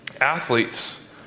athletes